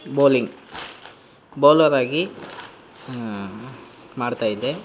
bowling ಬೌಲರಾಗಿ ಮಾಡ್ತಾಯಿದ್ದೆ